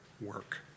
work